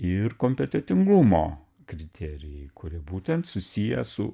ir kompetentingumo kriterijai kurie būtent susiję su